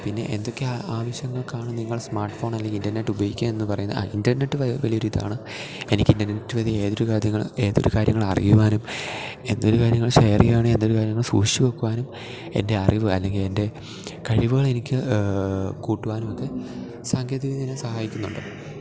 പിന്നെ എന്തൊക്കെ ആ ആവിശ്യങ്ങള്ക്കാണ് നിങ്ങള് സ്മാര്ട്ട്ഫോണ് അല്ലെങ്കില് ഇന്റര്നെറ്റ് ഉപയോഗിക്കാ എന്ന് പറയ്ന്നതാ ആ ഇന്റര്നെറ്റ് വലിയൊരു ഇതാണ് എനിക്ക് ഇന്റനെറ്റ് വഴി ഏതൊരു കാത്യങ്ങള് ഏതൊരു കാര്യങ്ങള് അറിയുവാനും എന്തൊരു കാര്യങ്ങള് ഷെയറ് ചെയ്യുവാണേ എന്തൊരു കാര്യങ്ങള് സൂക്ഷിച്ച് വെക്കുവാനും എന്റെ അറിവ് അല്ലെങ്കില് എന്റെ കഴിവ്കളെനിക്ക് കൂട്ടുവാനും ഒക്കെ സാങ്കേതികവിദ്യ എന്നെ സഹായിക്കുന്നൊണ്ട്